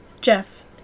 Jeff